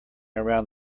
around